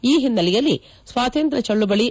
ಈ ಹಿನ್ನೆಲೆಯಲ್ಲಿ ಸ್ವಾತಂತ್ರ್ಯ ಚಳವಳಿ